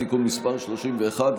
בתיקון מס' 31,